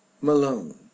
Malone